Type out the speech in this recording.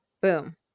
boom